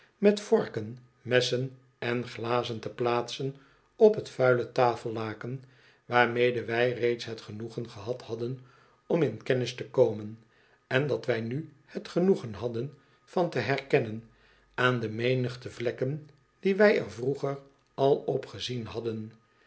met vorken messen en glazen te plaatsen op het vuile tafellaken waarmede wij reeds het genoegen gehad hadden om in kennis te komen en dat wij nu het genoegen hadden van te herkennen aan de menigte vlekken die wij er vroeger al op gezien hadden